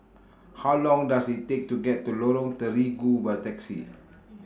How Long Does IT Take to get to Lorong Terigu By Taxi